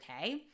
okay